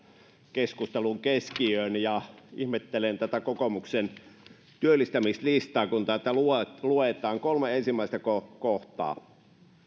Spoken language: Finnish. keskustelun keskiöön ihmettelen tätä kokoomuksen työllistämislistaa kun täältä luetaan kolme ensimmäistä kohtaa kohtaa